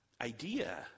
idea